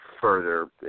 further